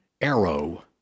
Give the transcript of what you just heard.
arrow